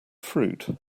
fruit